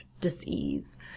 disease